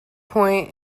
point